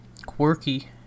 Quirky